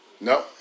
No